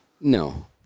No